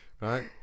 right